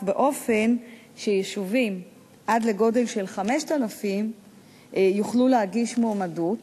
באופן שיישובים עד לגודל של 5,000 יוכלו להגיש מועמדות,